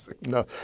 no